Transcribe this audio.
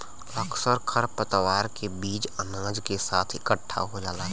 अक्सर खरपतवार के बीज अनाज के साथ इकट्ठा खो जाला